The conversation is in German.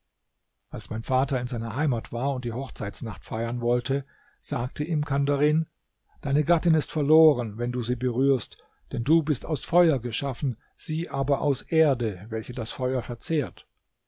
als mein vater in seiner heimat war und die hochzeitsnacht feiern wollte sagte ihm kandarin deine gattin ist verloren wenn du sie berührst denn du bist aus feuer geschaffen sie aber aus erde welche das feuer verzehrt